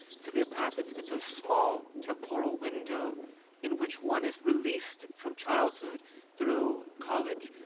sylvia plath. it's it's ah small temporal window in which one is released from childhood through college,